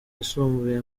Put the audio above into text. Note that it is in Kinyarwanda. yisumbuye